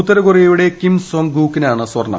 ഉത്തരകൊറിയയുടെ Kim Song ഗൂക്കിനാണ് സ്വർണ്ണം